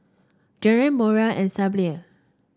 Glenn Moira and Syble